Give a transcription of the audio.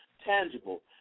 tangible